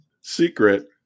secret